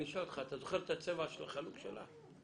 אתה זוכר את הצבע של החלוק שלה?